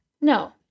No